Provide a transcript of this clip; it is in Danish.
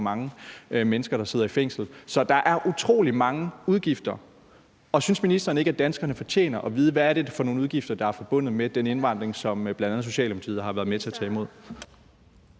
for mange mennesker, der sidder i fængsel. Så der er utrolig mange udgifter. Synes ministeren ikke, at danskerne fortjener at vide, hvad det er for nogle udgifter, der er forbundet med den indvandring, som bl.a. Socialdemokratiet har været med til at tage imod?